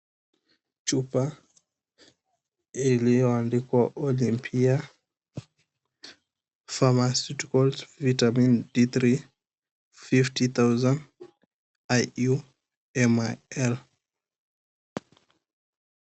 Chupa iliyoandikwa Olympia Pharmaceutical Vitamin D3, 50,000 IU ML.